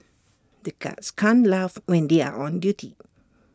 the guards can't laugh when they are on duty